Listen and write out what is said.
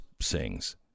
sings